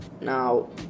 Now